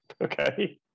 Okay